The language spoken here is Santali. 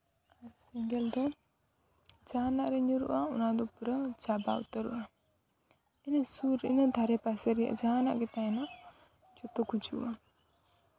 ᱟᱨ ᱥᱮᱸᱜᱮᱞ ᱫᱚ ᱡᱟᱦᱟᱱᱟᱜ ᱨᱮ ᱧᱩᱨᱦᱩᱜᱼᱟ ᱚᱱᱟᱫᱚ ᱯᱩᱨᱟᱹ ᱪᱟᱵᱟ ᱩᱛᱟᱹᱨᱚᱜᱼᱟ ᱤᱱᱟᱹ ᱥᱩᱨ ᱤᱱᱟᱹ ᱫᱷᱟᱨᱮ ᱯᱟᱥᱮᱨᱮ ᱡᱟᱦᱟᱱᱟᱜ ᱜᱮ ᱛᱟᱦᱮᱱᱟ ᱡᱚᱛᱚ ᱜᱩᱡᱩᱜᱼᱟ